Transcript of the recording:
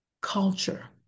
culture